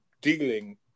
dealing